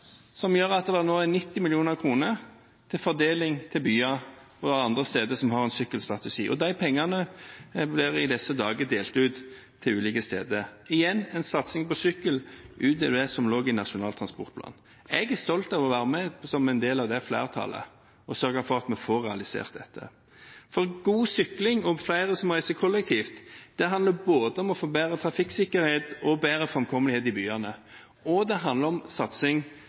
som gjør at det nå er 90 mill. kr til fordeling til byer og andre steder som har en sykkelstrategi, og de pengene blir i disse dager delt ut til ulike steder. Igjen: En satsing på sykkel utover det som lå i Nasjonal transportplan. Jeg er stolt av å være med som en del av det flertallet og sørge for at vi får realisert dette. For god sykling og flere som reiser kollektivt, handler både om å få bedre trafikksikkerhet og bedre framkommelighet i byene, og det handler om satsing